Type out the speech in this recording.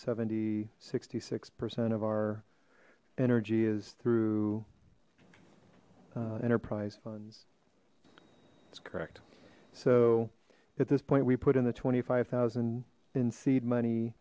seventy sixty six percent of our energy is through enterprise funds that's correct so at this point we put in the twenty five thousand in seed money